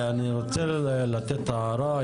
אני רוצה לתת הערה.